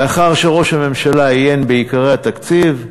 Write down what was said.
לאחר שראש הממשלה עיין בעיקרי התקציב,